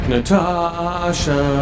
Natasha